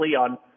on